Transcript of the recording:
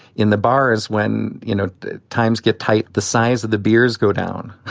in the bars, when you know, the times get tight, the size of the beers go down,